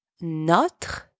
Notre